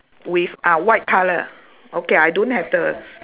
with ah white colour okay I don't have the